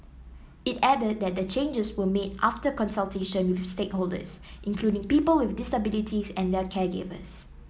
it added that changes were made after consultation with stakeholders including people with disabilities and their caregivers